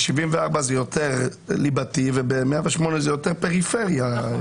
ב-74 זה יותר ליבתי וב-108 זה יותר פריפריה.